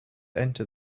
enter